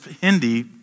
Hindi